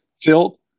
tilt